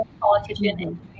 politician